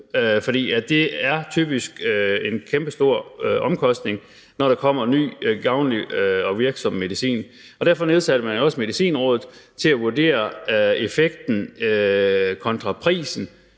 for det er typisk en kæmpestor omkostning, når der kommer en ny, gavnlig og virksom medicin. Derfor nedsatte man Medicinrådet til at vurdere effekten kontra prisen,